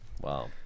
Wow